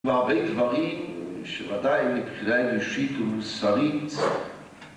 והרבה דברים שוודאי מבחינה אנושית ומוסרית